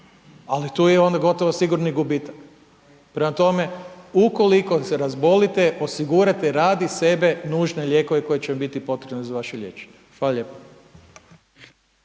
ali tu je onda i gotovo siguran gubitak. Prema tome ukoliko se razbolite, osigurajte radi sebe nužne lijekove koji će vam biti potrebni za vaše liječenje. Hvala lijepo.